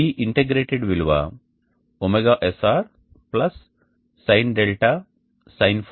ఈ ఇంటిగ్రేటెడ్ విలువ ωSR sin δ